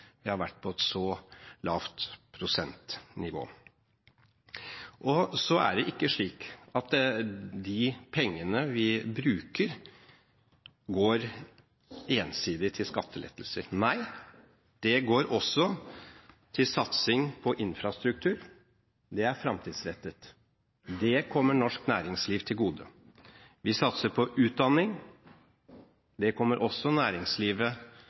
har vært på et så lavt prosentnivå. Det er ikke slik at de pengene vi bruker, ensidig går til skattelettelser. De går også til satsing på infrastruktur – det er fremtidsrettet, det kommer norsk næringsliv til gode. Vi satser på utdanning – det kommer også næringslivet